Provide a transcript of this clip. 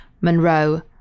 Monroe